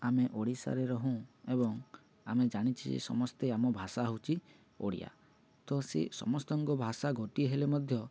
ଆମେ ଓଡ଼ିଶାରେ ରହୁଁ ଏବଂ ଆମେ ଜାଣିଛେ ଯେ ସମସ୍ତେ ଆମ ଭାଷା ହେଉଛି ଓଡ଼ିଆ ତ ସେ ସମସ୍ତଙ୍କ ଭାଷା ଗୋଟିଏ ହେଲେ ମଧ୍ୟ